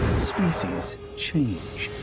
species change.